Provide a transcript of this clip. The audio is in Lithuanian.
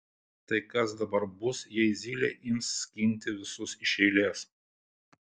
tai kas dabar bus jei zylė ims skinti visus iš eilės